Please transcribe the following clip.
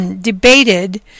debated